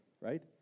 right